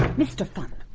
mr funn,